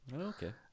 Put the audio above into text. Okay